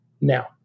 now